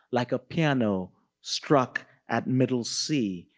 like a piano struck at middle c,